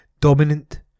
Dominant